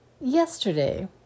yesterday